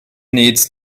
needs